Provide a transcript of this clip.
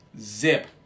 zip